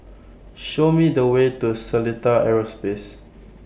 Show Me The Way to Seletar Aerospace